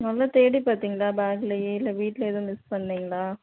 நல்லா தேடி பார்த்தீங்களா பேக்லேயே இல்லை வீட்டில் எதுவும் மிஸ் பண்ணீங்களா